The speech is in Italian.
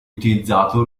utilizzato